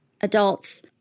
adults